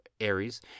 Aries